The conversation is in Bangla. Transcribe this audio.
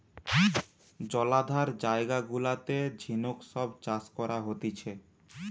জলাধার জায়গা গুলাতে ঝিনুক সব চাষ করা হতিছে